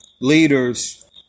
leaders